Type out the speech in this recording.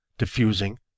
diffusing